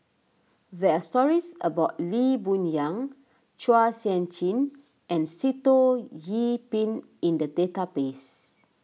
there are stories about Lee Boon Yang Chua Sian Chin and Sitoh Yih Pin in the database